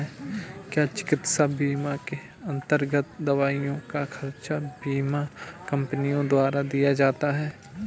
क्या चिकित्सा बीमा के अन्तर्गत दवाइयों का खर्च बीमा कंपनियों द्वारा दिया जाता है?